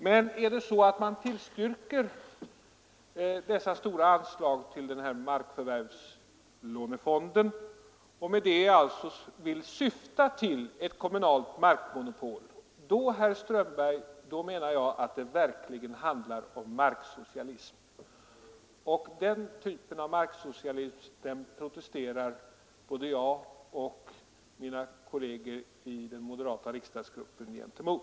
Men om dessa stora anslag till denna markförvärvslånefond tillstyrks och man med det syftar till ett kommunalt markmonopol, då menar jag, herr Strömberg, att det verkligen handlar om marksocialism. Den typen av marksocialism protesterar både jag och mina kolleger i den moderata riksdagsgruppen mot.